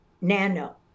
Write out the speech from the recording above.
nano